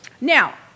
Now